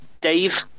Dave